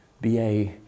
BA